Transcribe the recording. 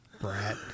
Brat